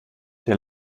der